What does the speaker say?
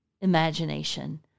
imagination